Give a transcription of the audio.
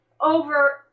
over